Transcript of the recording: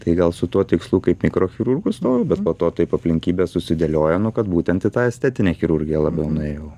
tai gal su tuo tikslu kaip mikrochirurgu stojau bet po to taip aplinkybės susidėliojo nu kad būtent tą estetinę chirurgiją labiau nuėjau